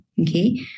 Okay